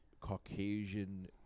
Caucasian